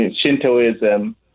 Shintoism